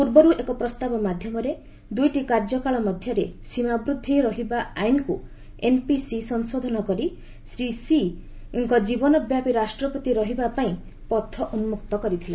ପୂର୍ବରୁ ଏକ ପ୍ରସ୍ତାବ ମାଧ୍ୟମରେ ଦୁଇଟି କାର୍ଯ୍ୟକାଳ ମଧ୍ୟରେ ସୀମା ବୃଦ୍ଧି ରହିବ ଆଇନକୁ ଏନ୍ପିସି ସଂଶୋଧଡ଼ କରି ଶ୍ରୀ ସିଙ୍କ ଜୀବନବ୍ୟାପୀ ରାଷ୍ଟ୍ରପତି ରହିବା ପାଇଁ ପଥ ଉନ୍ନକ୍ତ କରିଥିଲା